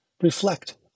Reflect